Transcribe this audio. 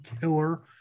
killer